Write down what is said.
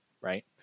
right